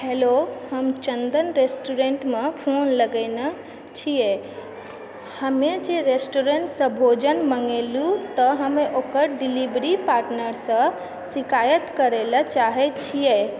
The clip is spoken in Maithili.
हेलौ हम चन्दन रेस्टोरेन्टमे फोन लगैने छियै हमे जे रेस्टोरेन्टसँ भोजन मङ्गेलू तऽ हम ओकर डिलिवरी पार्टनरसँ शिकायत करै लए चाहै छियै